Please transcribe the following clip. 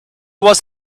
was